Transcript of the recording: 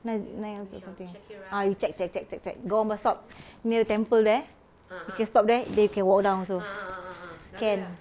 nine zero nine also something ah you check check check check check got one bus stop near the temple there you can stop there then you can walk down also